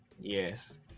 Yes